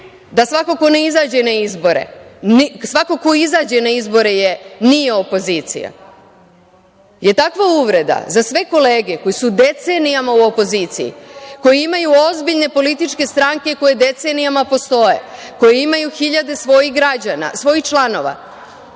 da svako ko ne izađe na izbore, svako ko izađe na izbore nije opozicija, je takva uvreda za sve kolege koje su decenijama u opoziciji, koji imaju ozbiljne političke stranke koje decenijama postoje, koje imaju hiljade građana svojih članova,